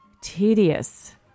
tedious